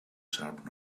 sharp